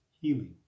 healing